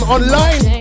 Online